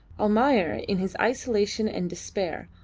almayer, in his isolation and despair,